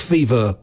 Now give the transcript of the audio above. Fever